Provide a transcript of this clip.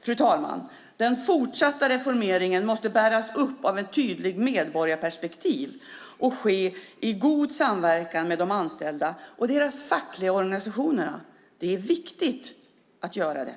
Fru talman! Den fortsatta reformeringen måste bäras upp av ett tydligt medborgarperspektiv och ske i god samverkan med de anställda och deras fackliga organisationer. Det är viktigt att göra det.